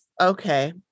okay